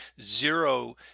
zero